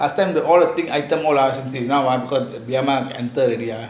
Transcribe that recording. I send the all the thing item all ah then now have to enter again ah